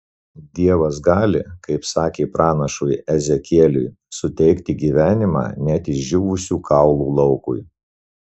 dievas gali kaip kad sakė pranašui ezekieliui suteikti gyvenimą net išdžiūvusių kaulų laukui